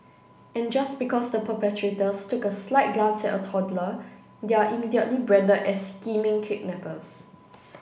and just because the perpetrators took a slight glance at a toddler they are immediately branded as scheming kidnappers